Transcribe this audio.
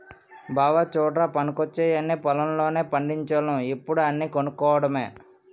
బావా చుడ్రా పనికొచ్చేయన్నీ పొలం లోనే పండిచోల్లం ఇప్పుడు అన్నీ కొనుక్కోడమే